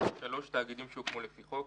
תאגידים שהוקמו לפי חוק,